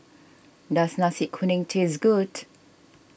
does Nasi Kuning taste good